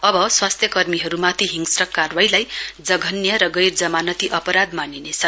अब स्वास्थ्यकर्मीहरूमाथि हिंसक कारवाईलाई जघन्य र गैर जमानती अपराध मानिनेछ